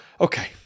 Okay